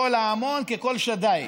קול המון כקול שדי.